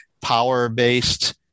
power-based